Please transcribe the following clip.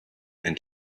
and